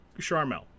Charmel